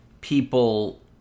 people